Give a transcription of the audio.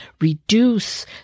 reduce